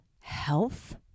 health